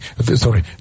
Sorry